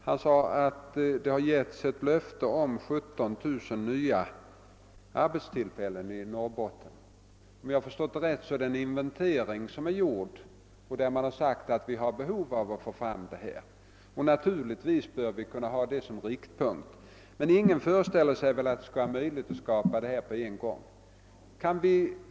Han sade att det givits ett löfte om 17000 nya arbetstillfällen i Norrbotten. Om jag har förstått det rätt, så har det gjorts en inventering. Man har sagt att det finns behov av att få fram detta antal. Naturligtvis bör vi ha det som riktmärke, men ingen föreställer sig väl att det skall vara möjligt att skapa 17 000 arbetstillfällen på en gång.